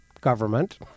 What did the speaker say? government